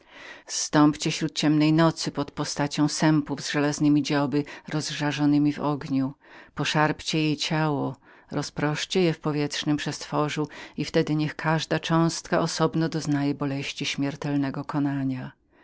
zstąpcie śród ciemnej nocy pod postacią sępów z żelaznemi dzioby rozżarzonemi w ogniu podrzyjcie jej ciało rozproszcie je w powietrznem przestworzu i wtedy niech każda cząstka osobno doznaje boleści śmiertelnego konania